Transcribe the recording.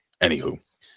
Anywho